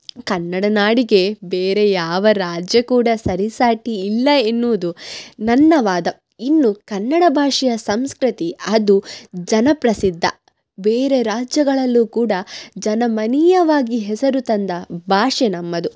ಕನ್ನಡ ನಾಡಿಗೆ ಬೇರೆ ಯಾವ ರಾಜ್ಯ ಕೂಡ ಸರಿಸಾಟಿಯಿಲ್ಲ ಎನ್ನುವುದು ನನ್ನ ವಾದ ಇನ್ನು ಕನ್ನಡ ಭಾಷೆಯ ಸಂಸ್ಕೃತಿ ಅದು ಜನ ಪ್ರಸಿದ್ಧ ಬೇರೆ ರಾಜ್ಯಗಳಲ್ಲು ಕೂಡ ಜನಮನೀಯವಾಗಿ ಹೆಸರು ತಂದ ಭಾಷೆ ನಮ್ಮದು